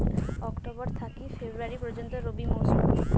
October থাকি February পর্যন্ত রবি মৌসুম